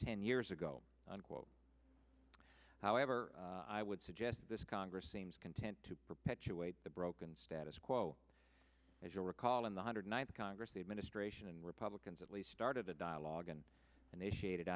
ten years ago unquote however i would suggest this congress seems content to perpetuate the broken status quo as you'll recall in the hundred ninth congress the administration and republicans at least started a dialogue and initiated